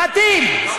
מתאים.